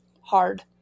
hard